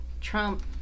Trump